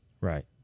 Right